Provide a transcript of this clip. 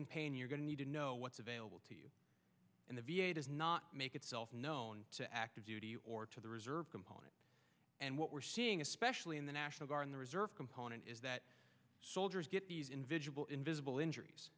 in pain you're going to need to know what's available to you and the v a does not make itself known to active duty or to the reserve component and what we're seeing especially in the national guard in the reserve component is that soldiers get these individual invisible injuries